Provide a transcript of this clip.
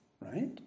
right